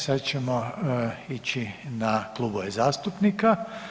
Sad ćemo ići na klubove zastupnika.